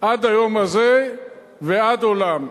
עד היום הזה ועד עולם.